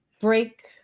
break